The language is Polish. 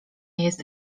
jest